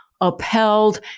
upheld